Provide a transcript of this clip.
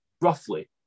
roughly